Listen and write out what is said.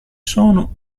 sono